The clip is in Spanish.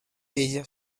ella